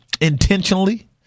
intentionally